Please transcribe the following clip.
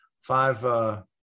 five